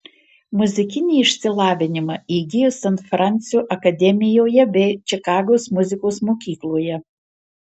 muzikinį išsilavinimą įgijo san fransio akademijoje bei čikagos muzikos mokykloje